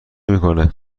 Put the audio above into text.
میکنه